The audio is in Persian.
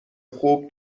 خوب